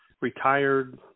retired